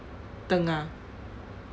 tengah